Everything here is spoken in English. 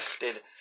gifted